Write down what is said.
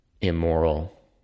immoral